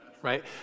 right